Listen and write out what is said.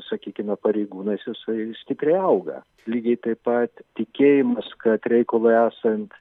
sakykime pareigūnais jisai stipriai auga lygiai taip pat tikėjimas kad reikalui esant